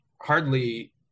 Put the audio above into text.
hardly